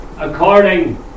according